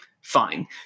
Fine